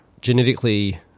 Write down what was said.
genetically